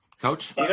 Coach